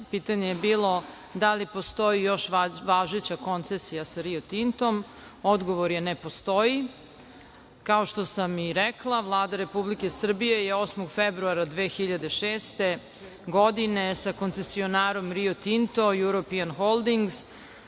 Pitanje je bilo da li postoji još važeća koncesija sa Rio Tintom? Odgovor je – ne postoji. Kao što sam i rekla, Vlada Republike Srbije je 8. februara 2006. godine sa koncesionarom Rio Tinto European Holdings